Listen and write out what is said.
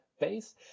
base